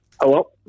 Hello